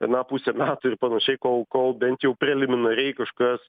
na pusę metų ir panašiai kol kol bent jau preliminariai kažkas